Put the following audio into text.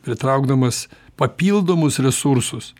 pritraukdamas papildomus resursus